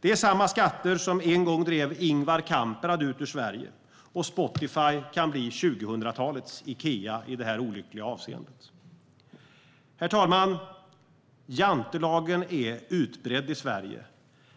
Det är samma skatter som en gång drev Ingvar Kamprad ut ur Sverige, och Spotify kan bli 2000talets Ikea i det här olyckliga avseendet. Herr talman! Jantelagen är utbredd i Sverige,